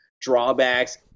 drawbacks